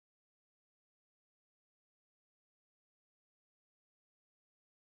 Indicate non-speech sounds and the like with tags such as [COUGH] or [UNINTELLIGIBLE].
[UNINTELLIGIBLE]